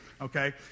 okay